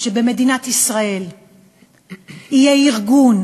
שבמדינת ישראל יהיה ארגון